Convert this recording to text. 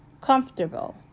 comfortable